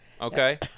okay